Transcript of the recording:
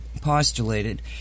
postulated